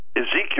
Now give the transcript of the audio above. Ezekiel